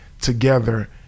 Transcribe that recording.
together